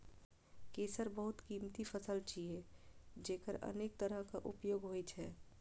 केसर बहुत कीमती फसल छियै, जेकर अनेक तरहक उपयोग होइ छै